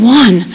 one